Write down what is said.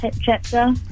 chapter